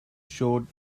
showed